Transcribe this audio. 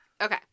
Okay